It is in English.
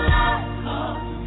love